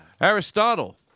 Aristotle